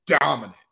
dominant